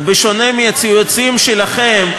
רק בשונה מהציוצים שלכם,